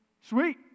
Sweet